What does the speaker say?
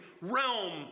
realm